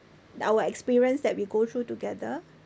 our experience that we go through together